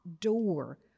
door